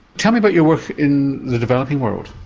tell me about your work in the developing world.